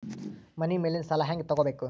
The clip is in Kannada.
ಮನಿ ಮೇಲಿನ ಸಾಲ ಹ್ಯಾಂಗ್ ತಗೋಬೇಕು?